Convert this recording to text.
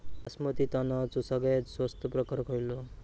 बासमती तांदळाचो सगळ्यात स्वस्त प्रकार खयलो?